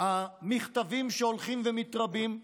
המכתבים שהולכים ומתרבים,